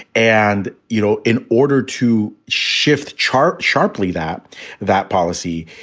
and, you know, in order to shift chart sharply that that policy,